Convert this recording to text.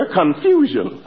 confusion